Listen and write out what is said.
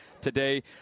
today